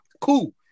Cool